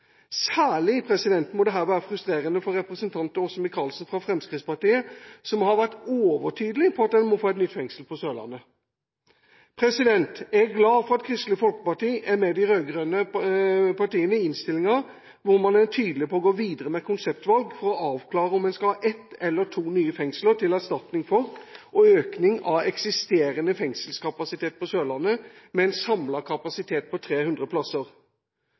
være frustrerende for representanten Åse Michaelsen fra Fremskrittspartiet, som har vært overtydelig på at en må få et nytt fengsel på Sørlandet. Jeg er glad for at Kristelig Folkeparti er med på de rød-grønne partienes merknad i innstillinga, hvor man er tydelig på å gå videre med konseptutvalg for å avklare om en skal ha «ett eller to nye fengsler til erstatning for og økning av eksisterende fengselskapasitet» på Sørlandet med en samlet kapasitet på 300 plasser.